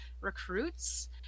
recruits